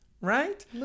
right